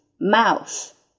mouth